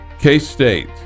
K-State